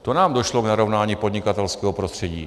To nám došlo k narovnání podnikatelského prostředí!